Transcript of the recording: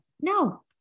no